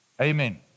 Amen